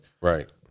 Right